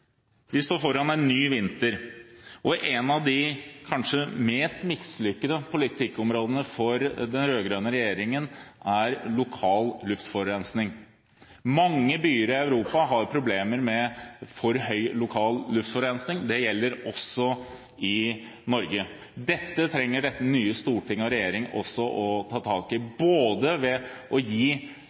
Vi står foran en ny vinter, og et av de kanskje mest mislykkede politikkområdene for den rød-grønne regjeringen er lokal luftforurensning. Mange byer i Europa har problemer med for høy lokal luftforurensning, det gjelder også i Norge. Dette trenger dette nye Stortinget og regjeringen også å ta tak i, ved å gi